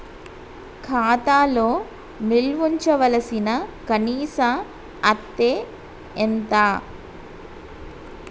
ఖాతా లో నిల్వుంచవలసిన కనీస అత్తే ఎంత?